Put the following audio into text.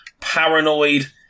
paranoid